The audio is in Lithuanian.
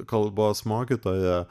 kalbos mokytoja